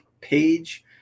page